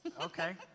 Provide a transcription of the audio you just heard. Okay